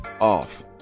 Off